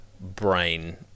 brain